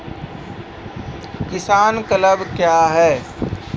किसान क्लब क्या हैं?